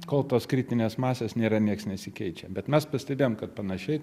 kol tos kritinės masės nėra nieks nesikeičia bet mes pastebėjom kad panašiai